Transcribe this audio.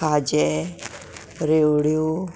खाजें रेवड्यो